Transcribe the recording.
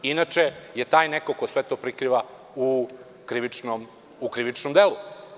Inače je taj neko ko sve to prikriva u krivičnom delu.